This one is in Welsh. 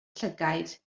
llygaid